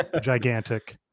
gigantic